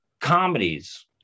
comedies